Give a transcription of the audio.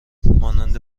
مانند